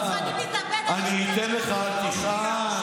זרקא, אלה החברים שלך, זרקא.